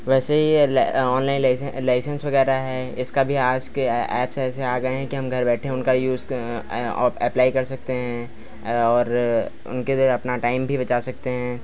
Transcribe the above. वैसे यह ल ओनलाइन लाई लाइसेंस वगैरह है इसका भी आज के एप्स ऐसे आ गए हैं कि हम घर बैठे उनका यूज अप्लाई कर सकते हैं और उनके द्वारा अपना टाइम भी बचा सकते हैं